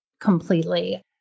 completely